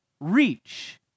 reach